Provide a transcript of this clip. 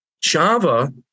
Java